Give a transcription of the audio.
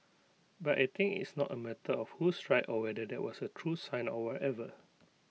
but I think it's not A matter of who's right or whether that was A true sign or whatever